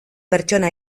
pertsona